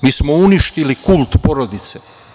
Mi smo uništili kult porodice.